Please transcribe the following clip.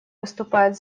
выступает